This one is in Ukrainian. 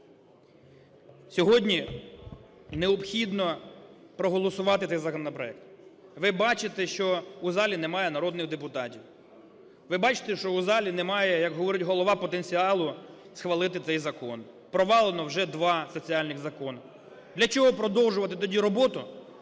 Сьогодні необхідно проголосувати цей законопроект. Ви бачите, що в залі немає народних депутатів, ви бачите, що в залі немає, як говорить Голова, потенціалу схвалити цей закон. Провалено вже два соціальних закони. Для чого продовжувати тоді роботу,